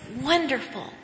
wonderful